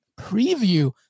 preview